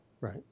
Right